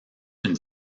une